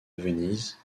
venise